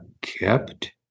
kept